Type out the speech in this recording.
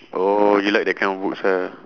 oh you like that kind of books ah